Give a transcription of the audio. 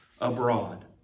abroad